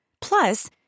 Plus